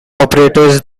operators